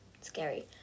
scary